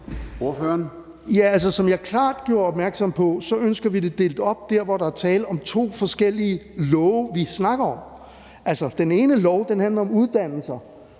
som jeg klart gjorde opmærksom på, ønsker vi det delt op der, hvor der er tale om to forskellige love. Altså, den ene lov handler om uddannelser;